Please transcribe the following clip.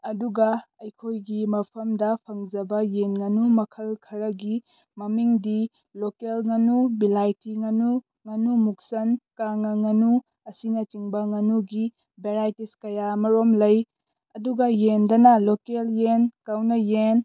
ꯑꯗꯨꯒ ꯑꯩꯈꯣꯏꯒꯤ ꯃꯐꯝꯗ ꯐꯪꯖꯕ ꯌꯦꯟ ꯉꯥꯅꯨ ꯃꯈꯜ ꯈꯔꯒꯤ ꯃꯃꯤꯡꯗꯤ ꯂꯣꯀꯦꯜ ꯉꯥꯅꯨ ꯕꯤꯂꯥꯏꯇꯤ ꯉꯥꯅꯨ ꯉꯥꯅꯨ ꯃꯨꯛꯁꯟ ꯀꯪꯉꯥ ꯉꯥꯅꯨ ꯑꯁꯤꯅꯆꯤꯡꯕ ꯉꯥꯅꯨꯒꯤ ꯕꯦꯔꯥꯏꯇꯤꯁ ꯀꯌꯥ ꯃꯔꯨꯝ ꯂꯩ ꯑꯗꯨꯒ ꯌꯦꯟꯗꯅ ꯂꯣꯀꯦꯜ ꯌꯦꯟ ꯀꯥꯎꯅꯌꯦꯟ